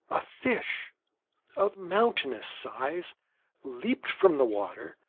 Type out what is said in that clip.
a fish of mountainous size leaped from the water,